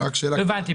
לא הבנתי.